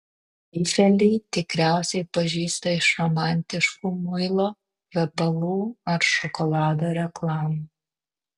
eifelį tikriausiai pažįsta iš romantiškų muilo kvepalų ar šokolado reklamų